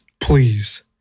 please